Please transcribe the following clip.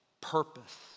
purpose